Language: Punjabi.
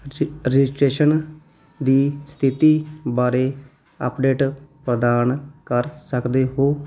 ਰਜਿ ਰਜਿਸਟ੍ਰੇਸ਼ਨ ਦੀ ਸਥਿਤੀ ਬਾਰੇ ਅੱਪਡੇਟ ਪ੍ਰਦਾਨ ਕਰ ਸਕਦੇ ਹੋ